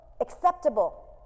acceptable